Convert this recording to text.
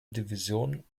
division